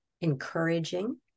encouraging